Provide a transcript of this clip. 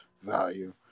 value